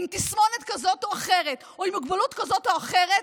עם תסמונת כזאת או אחרת או עם מוגבלות כזאת או אחרת,